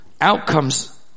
outcomes